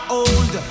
old